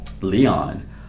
Leon